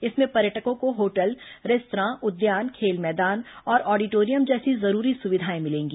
इसमें पर्यटकों को होटल रेस्त्रा उद्यान खेल मैदान और ऑडिटोरियम जैसी जरूरी सुविधाएं मिलेंगी